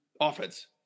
offense